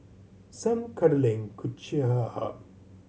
some cuddling could cheer her up